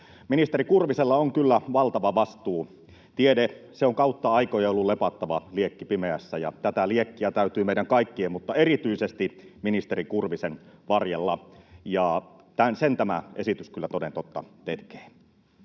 Ministeri Kurvisella on kyllä valtava vastuu. Tiede on kautta aikojen ollut lepattava liekki pimeässä, ja tätä liekkiä täytyy meidän kaikkien mutta erityisesti ministeri Kurvisen varjella, ja sen tämä esitys kyllä toden totta tekee.